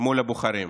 מול הבוחרים?